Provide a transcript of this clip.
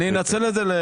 אני אנצל את זה כדי